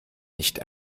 nicht